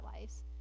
lives